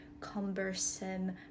cumbersome